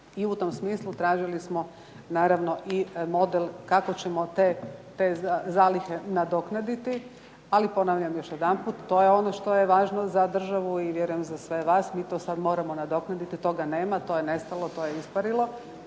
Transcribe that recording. i u tom smislu tražili smo naravno i model kako ćemo te zalihe nadoknaditi. Ali ponavljam još jedanput, to je ono što je važno za državu i vjerujem za sve. Mi to sad moramo nadoknaditi, toga nema, to je nestalo, to je isparilo